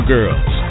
Girls